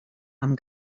amb